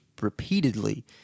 repeatedly